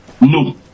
No